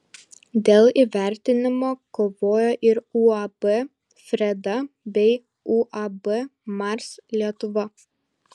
dėl įvertinimo kovojo ir uab freda bei uab mars lietuva